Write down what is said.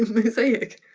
mosaic.